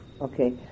Okay